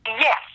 Yes